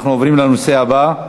אנחנו עוברים לנושא הבא: